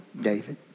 David